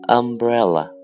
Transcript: umbrella